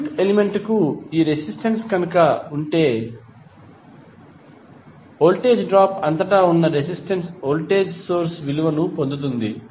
circuit element కు resistance కనుక ఉంటే వోల్టేజ్ డ్రాప్ అంతటా ఉన్న రెసిస్టెన్స్ వోల్టేజ్ సోర్స్ విలువను పొందుతుంది